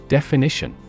Definition